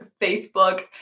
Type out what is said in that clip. Facebook